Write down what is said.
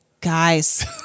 Guys